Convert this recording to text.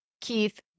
Keith